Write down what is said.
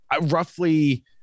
roughly